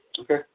Okay